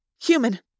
Human